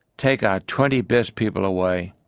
take our twenty best people away,